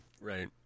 Right